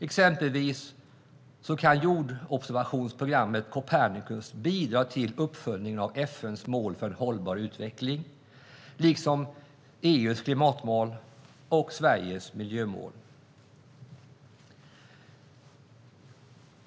Exempelvis kan jordobservationsprogrammet Copernicus bidra till uppföljningen av FN:s mål för en hållbar utveckling liksom till EU:s klimatmål och Sveriges miljömål.